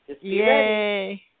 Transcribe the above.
Yay